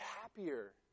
happier